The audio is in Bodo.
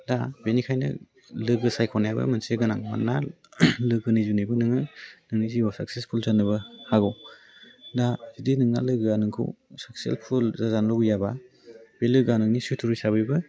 दा बेनिखायनो लोगो सायख'नायाबो मोनसे गोनां मानोना लोगोनि जुनैबो नोङो नोंनि जिउवाव साक्सेसफुल जानोबा हागौ दा जुदि नोंना लोगोआ नोंखौ साक्सेसफुल जाजानो लुबैयाबा बे लोगोआ नोंनि सुथुर हिसाबैबो